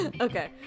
Okay